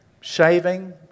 shaving